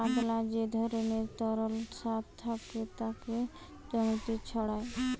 পাতলা যে ধরণের তরল সার থাকে তাকে জমিতে ছড়ায়